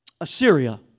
Assyria